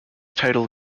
title